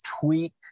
tweak